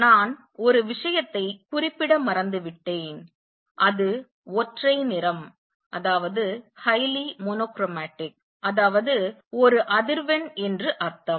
நான் ஒரு விஷயத்தை குறிப்பிட மறந்துவிட்டேன் அது ஒற்றை நிறம் அதாவது ஒரு அதிர்வெண் என்று அர்த்தம்